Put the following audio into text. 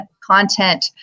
content